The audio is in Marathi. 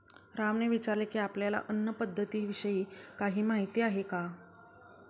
रामने विचारले की, आपल्याला अन्न पद्धतीविषयी काही माहित आहे का?